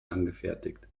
angefertigt